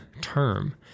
term